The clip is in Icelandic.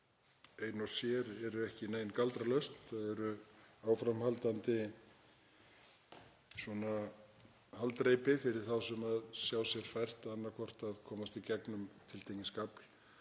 ein og sér eru ekki nein galdralausn, þau eru áframhaldandi haldreipi fyrir þá sem sjá sér fært annaðhvort að komast í gegnum tiltekinn skafl